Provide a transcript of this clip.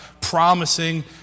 promising